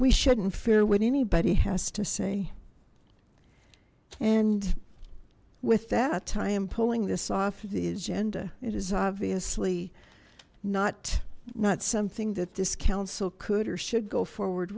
we shouldn't fear what anybody has to say and with that i am pulling this off of the agenda it is obviously not not something that this council could or should go forward